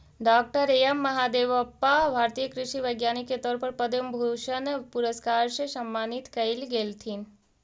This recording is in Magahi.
डॉ एम महादेवप्पा भारतीय कृषि वैज्ञानिक के तौर पर पद्म भूषण पुरस्कार से सम्मानित कएल गेलथीन